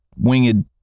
winged